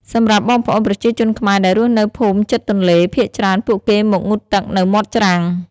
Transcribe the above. សម្រាប់់បងប្អូនប្រជាជនខ្មែរដែលរស់នៅភូមិជិតទន្លេ ភាគច្រើន ពួកគេមកងូតទឹកនៅមាត់ច្រាំង។